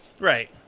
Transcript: Right